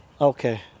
Okay